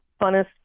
funnest